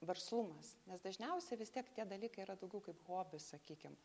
verslumas nes dažniausiai vis tiek tie dalykai yra daugiau kaip hobis sakykim